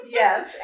yes